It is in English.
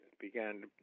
began